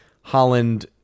Holland